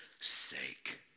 sake